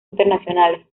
internacionales